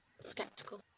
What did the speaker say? Skeptical